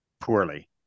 poorly